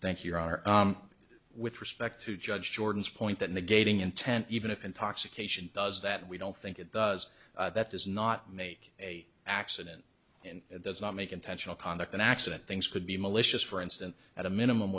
thank you or are with respect to judge jordan's point that negating intent even if intoxication does that we don't think it does that does not make a accident and does not make intentional conduct an accident things could be malicious for instance at a minimum